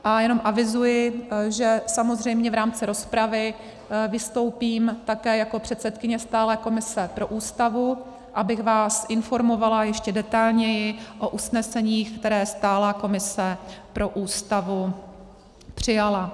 A jenom avizuji, že samozřejmě v rámci rozpravy vystoupím také jako předsedkyně stálé komise pro Ústavu, abych vás informovala ještě detailněji o usneseních, která stálá komise pro Ústavu přijala.